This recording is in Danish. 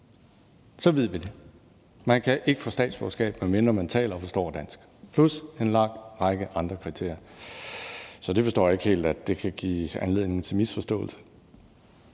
ved vi det: Man kan ikke få statsborgerskab, medmindre man taler og forstår dansk, plus en lang række andre kriterier. Så det forstår jeg ikke helt kan give anledning til misforståelse.